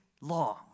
long